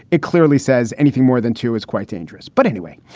it clearly says anything more than two is quite dangerous. but anyway,